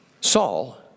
Saul